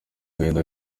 gahinda